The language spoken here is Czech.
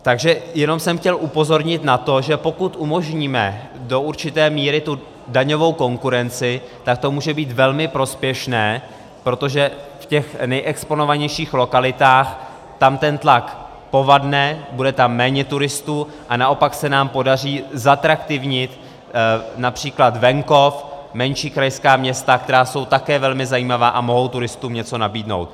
Takže jenom jsem chtěl upozornit na to, že pokud umožníme do určité míry tu daňovou konkurenci, tak to může být velmi prospěšné, protože v těch nejexponovanějších lokalitách ten tlak povadne, bude tam méně turistů a naopak se nám podaří zatraktivnit např. venkov, menší krajská města, která jsou také velmi zajímavá a mohou turistům něco nabídnout.